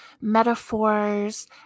metaphors